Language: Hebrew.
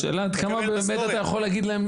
השאלה עד כמה באמת אתה יכול לבוא ולומר להם,